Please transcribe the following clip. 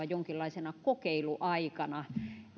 jonkinlaisena kokeiluaikana